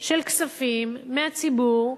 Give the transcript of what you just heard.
של כספים מהציבור,